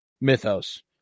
mythos